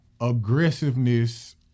aggressiveness